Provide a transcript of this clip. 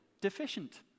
deficient